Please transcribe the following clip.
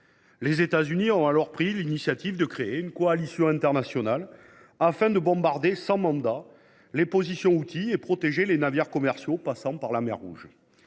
Les États Unis ont alors pris l’initiative de créer une coalition internationale, afin de bombarder, sans mandat, les positions houthies et de protéger les navires commerciaux passant dans ce secteur.